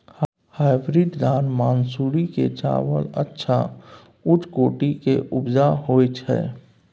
Hybrid धान मानसुरी के चावल अच्छा उच्च कोटि के उपजा होय छै?